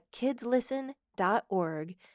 kidslisten.org